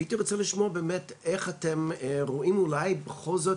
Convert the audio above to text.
והייתי רוצה לשמוע באמת איך אתם רואים אולי בכל זאת,